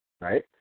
right